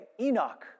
Enoch